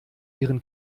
ihren